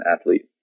athlete